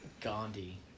Gandhi